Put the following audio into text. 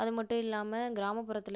அது மட்டும் இல்லாமல் கிராமப்புறத்தில்